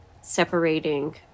separating